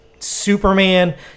Superman